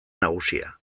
nagusia